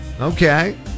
Okay